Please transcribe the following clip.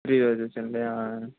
three Roses అండి ఆ